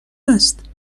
است